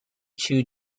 chew